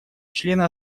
члены